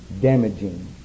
damaging